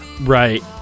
Right